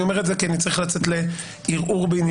אני אומר את זה כי אני צריך לצאת לערעור בעניין